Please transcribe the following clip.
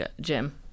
Jim